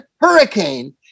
hurricane